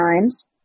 times